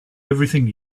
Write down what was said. everything